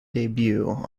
debut